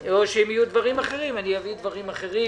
או שאם יהיו דברים אחרים אני אביא דברים אחרים.